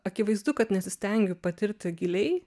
akivaizdu kad nesistengiu patirti giliai